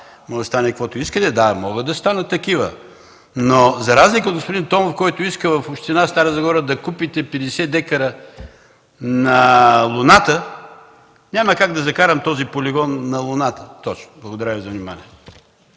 може да стане каквото искате. Да, могат да станат такива, но за разлика от господин Томов, който иска в община Стара Загора да купите 50 дка на Луната, няма как да закарам този полигон точно на Луната. Благодаря Ви за вниманието.